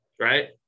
right